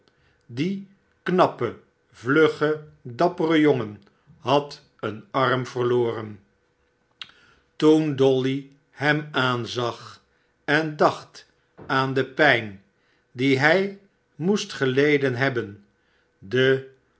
die knappe vlugge dappere jongen had een arm verloren toen dolly hem aanzag en dacht aan de pijn die hij moest geleden hebben de